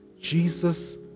Jesus